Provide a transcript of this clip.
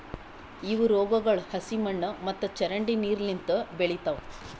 ಇವು ರೋಗಗೊಳ್ ಹಸಿ ಮಣ್ಣು ಮತ್ತ ಚರಂಡಿ ನೀರು ಲಿಂತ್ ಬೆಳಿತಾವ್